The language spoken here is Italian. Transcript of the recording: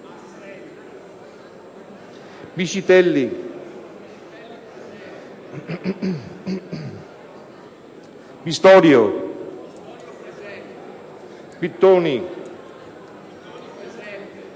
Piscitelli, Pistorio, Pittoni, Poli